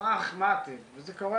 וזה קורה,